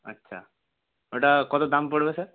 আচ্ছা ওটা কত দাম পড়বে স্যার